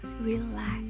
relax